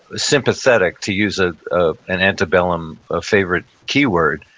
sympathetic, to use a ah and antebellum ah favorite keyword,